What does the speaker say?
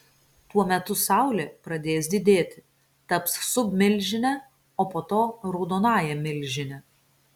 tuo metu saulė pradės didėti taps submilžine o po to raudonąja milžine